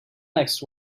next